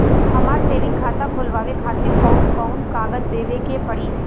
हमार सेविंग खाता खोलवावे खातिर कौन कौन कागज देवे के पड़ी?